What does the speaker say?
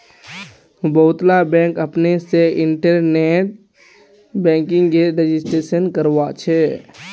बहुतला बैंक अपने से इन्टरनेट बैंकिंगेर रजिस्ट्रेशन करवाछे